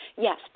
Yes